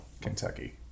Kentucky